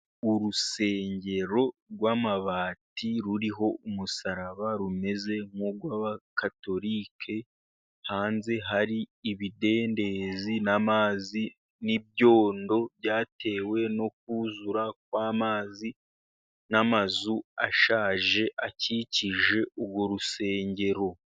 Urusengero rw'amabati, ruriho umusaraba, rumeze nk'urw'abakatorike, hanze hari ibidendezi n'amazi, n'ibyondo byatewe no kuzura kwamazi, n'amazu ashaje akikije urusengero.